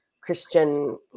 Christian